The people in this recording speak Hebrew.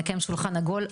נקיים שולחן עגול".